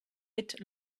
bit